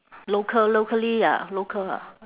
local locally ah local ah